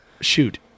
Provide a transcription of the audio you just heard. shoot